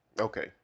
Okay